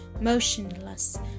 motionless